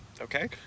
Okay